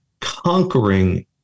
conquering